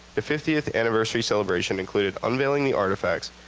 the fiftieth anniversary celebration including unveiling the artifacts,